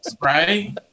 right